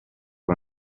con